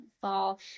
fall